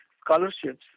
scholarships